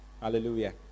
Hallelujah